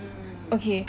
okay